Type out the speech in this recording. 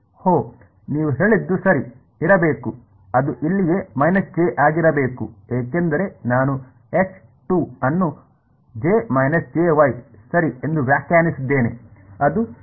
ಓಹ್ ನೀವು ಹೇಳಿದ್ದು ಸರಿ ಇರಬೇಕು ಅದು ಇಲ್ಲಿಯೇ ಆಗಿರಬೇಕು ಏಕೆಂದರೆ ನಾನು ಅನ್ನು ಸರಿ ಎಂದು ವ್ಯಾಖ್ಯಾನಿಸಿದ್ದೇನೆ ಅದು ಸರಿ